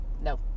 no